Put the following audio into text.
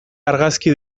argazki